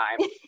time